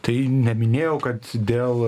tai neminėjau kad dėl